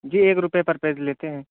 جی ایک روپے پر پیج لیتے ہیں